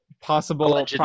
possible